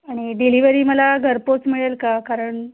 आणि डिलिवरी मला घरपोच मिळेल का कारण